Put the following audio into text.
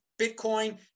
Bitcoin